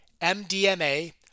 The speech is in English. MDMA